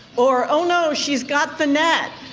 or, oh no, she's got the net!